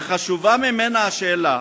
אך חשובה ממנה השאלה